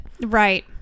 Right